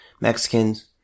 Mexicans